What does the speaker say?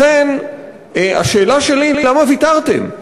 לכן, השאלה שלי היא: למה ויתרתם?